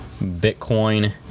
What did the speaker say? Bitcoin